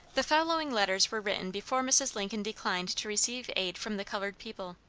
the following letters were written before mrs. lincoln declined to receive aid from the colored people